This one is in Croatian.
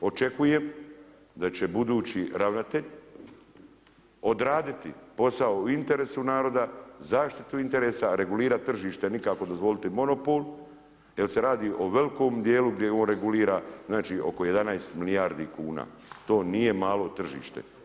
Očekujem da će budući ravnatelj odraditi posao u interesu naroda, zaštiti interesa, regulirati tržište, nikako dozvoliti monopol jer se radi o velikom djelu gdje on regulira oko 11 milijardi kuna, to nije malo tržište.